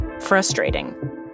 frustrating